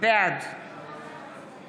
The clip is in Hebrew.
בעד